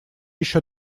еще